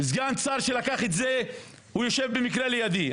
סגן השר שלקח על עצמו את הטיפול בזה יושב במקרה כאן לידי,